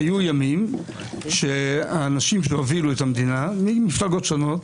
היו ימים שאנשים שהובילו את המדינה ממפלגות שונות